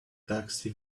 taxi